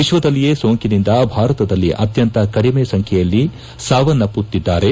ವಿಶ್ವದಲ್ಲಿಯೇ ಸೋಂಕಿನಿಂದ ಭಾರತದಲ್ಲಿ ಅತ್ಯಂತ ಕಡಿಮೆ ಸಂಖ್ಲೆಯಲ್ಲಿ ಸಾವನ್ನಪ್ಪುತ್ತಿದ್ದಾರೆ